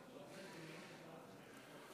אדוני היושב-ראש,